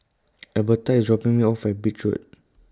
Alberta IS dropping Me off At Beach Road